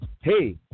Hey